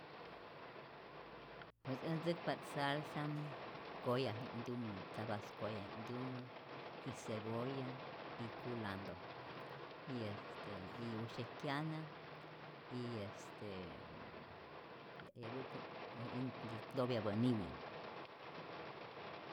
Pues ät ntzäkpa't salsa koya'jiknhtumä, tzapas koyaji'knhtumä y cebolla y culanto y este y usyäk kyana y est tiyä eyapäke' y topyapä niwij.